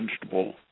vegetable